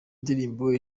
indirimbo